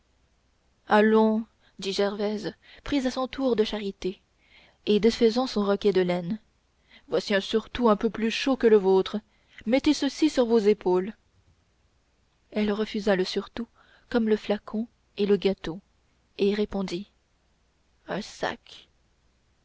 dit gervaise prise à son tour de charité et défaisant son roquet de laine voici un surtout un peu plus chaud que le vôtre mettez ceci sur vos épaules elle refusa le surtout comme le flacon et le gâteau et répondit un sac